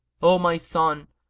o my son,